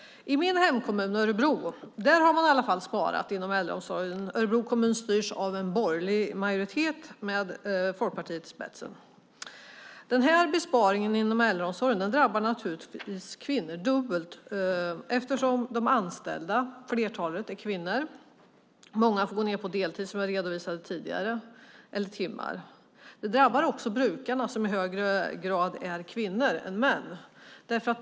I min hemkommun, Örebro, har man i alla fall sparat inom äldreomsorgen. Örebro kommun styrs av en borgerlig majoritet med Folkpartiet i spetsen. Besparingen inom äldreomsorgen drabbar naturligtvis kvinnor dubbelt, eftersom flertalet anställda är kvinnor. Många får gå ned på deltid eller timarbete, som jag redovisade tidigare. Det drabbar också brukarna, som är kvinnor i högre grad än män.